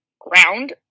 ground